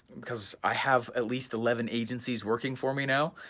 cause i have at least eleven agencies working for me now,